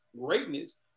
greatness